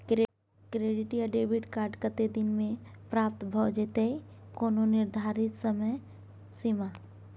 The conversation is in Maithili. क्रेडिट या डेबिट कार्ड कत्ते दिन म प्राप्त भ जेतै, कोनो निर्धारित समय सीमा?